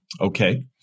Okay